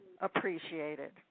appreciated